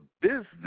business